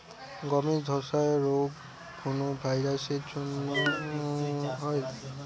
গমের ধসা রোগ কোন ভাইরাস এর জন্য হয়?